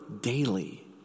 daily